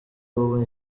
ubu